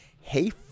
hey